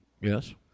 Yes